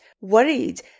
worried